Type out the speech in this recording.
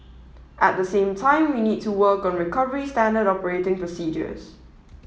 at the same time we need to work on recovery standard operating procedures